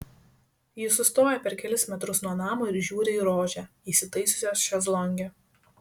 ji sustoja per kelis metrus nuo namo ir žiūri į rožę įsitaisiusią šezlonge